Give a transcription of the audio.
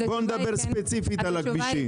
בואו נדבר ספציפית על הכבישים.